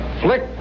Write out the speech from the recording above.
Flick